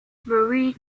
marie